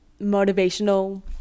motivational